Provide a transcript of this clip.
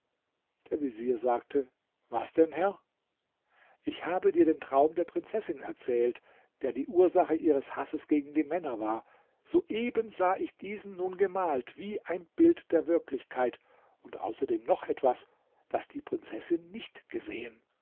der vezier sagte was denn herr ich habe dir den traum der prinzessin erzählt der die ursache ihres hasses gegen die männer war soeben sah ich diesen nun gemalt wie ein bild der wirklichkeit und außerdem noch etwas das die prinzessin nicht gesehen